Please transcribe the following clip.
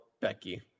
Becky